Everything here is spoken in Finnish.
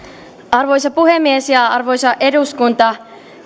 arvoisa puhemies ja arvoisa eduskunta